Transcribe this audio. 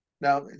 Now